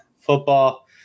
football